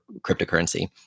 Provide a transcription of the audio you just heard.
cryptocurrency